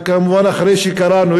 כמובן אחרי שקראנו,